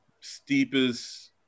steepest